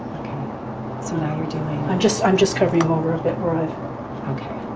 so and i mean i'm just i'm just covering over a bit. right ok